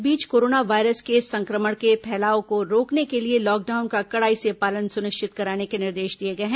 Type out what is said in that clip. इस बीच corona virus के संक्रमण के फैलाव को रोकने के लिए लॉकडाउन का कड़ाई से पालन सुनिश्चित कराने के निर्देश दिए गए हैं